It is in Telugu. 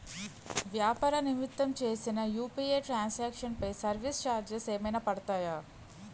వ్యాపార నిమిత్తం చేసిన యు.పి.ఐ ట్రాన్ సాంక్షన్ పై సర్వీస్ చార్జెస్ ఏమైనా పడతాయా?